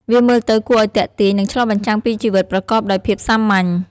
វាមើលទៅគួរឱ្យទាក់ទាញ និងឆ្លុះបញ្ចាំងពីជីវិតប្រកបដោយភាពសាមញ្ញ។